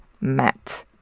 met